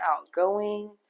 outgoing